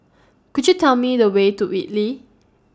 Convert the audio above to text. Could YOU Tell Me The Way to Whitley